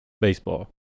baseball